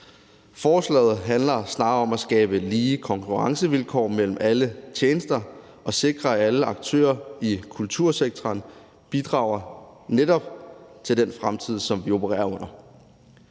Forslaget handler snarere om at skabe lige konkurrencevilkår mellem alle tjenester og sikre, at alle aktører i kultursektoren bidrager netop til den fremtid, som vi opererer under.